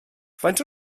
faint